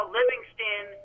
Livingston